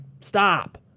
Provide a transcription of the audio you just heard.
stop